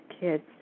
kids